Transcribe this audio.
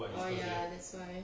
oh ya that's why